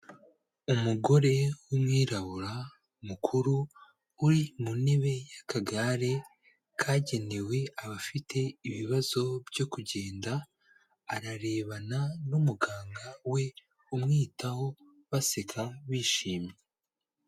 Umugore w'umwirabura mukuru uri mu ntebe y'akagare kagenewe abafite ibibazo byo kugenda, ararebana n'umuganga we umwitaho baseka, bishimye.